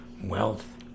Wealth